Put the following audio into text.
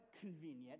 convenient